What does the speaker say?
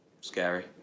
scary